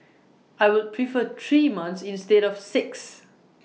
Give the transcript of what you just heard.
I would prefer three months instead of six